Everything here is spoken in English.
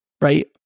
Right